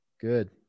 Good